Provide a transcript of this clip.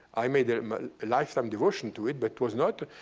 i made a lifetime devotion to it, but was not.